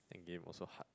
that game was so hard